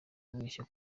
kubeshya